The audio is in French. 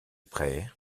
prêt